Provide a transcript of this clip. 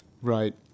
right